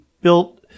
built